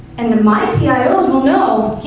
and then my pios will know,